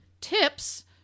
tips